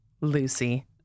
Lucy